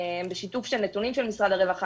בשיתוף של נתונים של משרד הרווחה.